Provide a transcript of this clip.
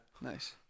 Nice